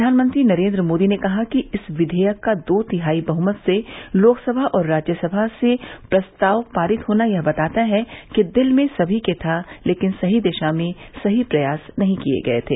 प्रधानमंत्री नरेन्द्र मोदी ने कहा कि इस विधेयक का दो तिहाई बहुमत से लोकसभा और राज्यसभा से प्रस्ताव पारित होना यह बताता है कि दिल में सभी के था लेकिन सही दिशा में सही प्रयास नहीं किए गये थे